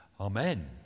Amen